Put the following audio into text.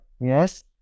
Yes